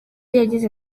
yagize